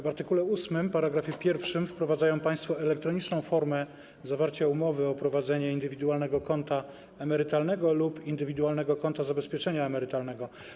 W art. 8 w ust. 1 wprowadzają państwo elektroniczną formę zawarcia umowy o prowadzenie indywidualnego konta emerytalnego lub indywidualnego konta zabezpieczenia emerytalnego.